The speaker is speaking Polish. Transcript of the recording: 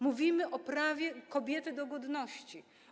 Mówimy o prawie kobiety do godności.